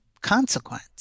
consequence